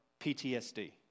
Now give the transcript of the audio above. PTSD